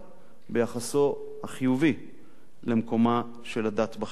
ביחסו החיובי למקומה של הדת בחינוך.